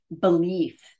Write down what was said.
belief